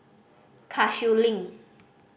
Cashew Link